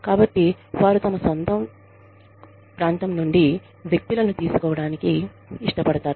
కాబట్టి వారు తమ సొంత ప్రాంతం నుండి వ్యక్తులను తీసుకోవడానికి ఇష్టపడతారు